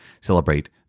celebrate